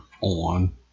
on